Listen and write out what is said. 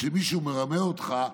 כשמישהו מרמה אותך,